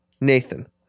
Nathan